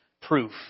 proof